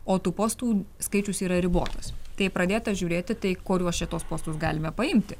o tų postų skaičius yra ribotas tai pradėta žiūrėti tai koriuos čia tuos postus galime paimti